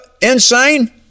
insane